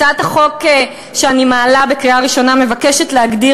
הצעת החוק שאני מעלה לקריאה ראשונה מבקשת להגדיר